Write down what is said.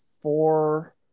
four